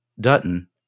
Dutton